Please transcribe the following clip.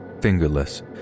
fingerless